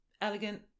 elegant